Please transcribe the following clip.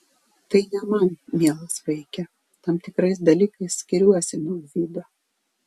tai ne man mielas vaike tam tikrais dalykais skiriuosi nuo gvido